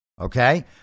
Okay